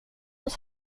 oss